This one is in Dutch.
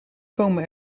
komen